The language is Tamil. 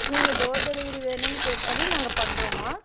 நீங்கள் டோர் டெலிவரி வேணுன்னு கேட்டாலே நாங்கள் பண்ணுறோம்மா